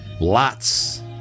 Lots